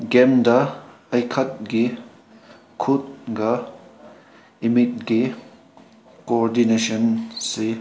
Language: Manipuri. ꯒꯦꯝꯗ ꯑꯩꯍꯥꯛꯀꯤ ꯈꯨꯠꯀ ꯏꯃꯤꯠꯀꯤ ꯀꯣꯑꯣꯔꯗꯤꯅꯦꯁꯟꯁꯤ